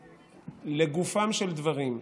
לגופם של דברים,